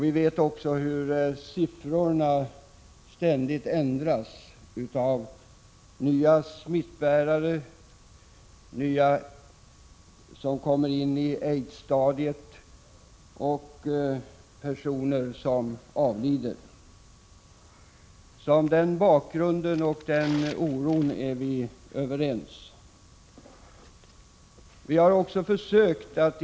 Vi vet också hur siffrorna ständigt ändras beträffande smittbärare, nya aidsfall på sjukdomsstadiet och personer som avlider. Så oron för denna utveckling delar vi alltså.